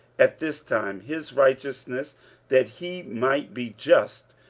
at this time his righteousness that he might be just,